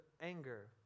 anger